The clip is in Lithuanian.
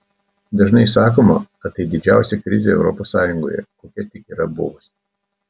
dažnai sakoma kad tai didžiausia krizė europos sąjungoje kokia tik yra buvusi